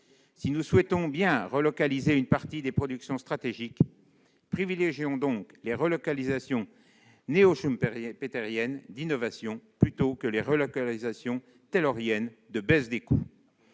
si nous souhaitons relocaliser une partie des productions stratégiques, privilégions donc les relocalisations néo-schumpetériennes d'innovation plutôt que les relocalisations tayloriennes visant à une baisse des coûts.